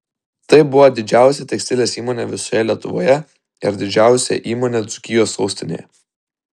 tai buvo didžiausia tekstilės įmonė visoje lietuvoje ir didžiausia įmonė dzūkijos sostinėje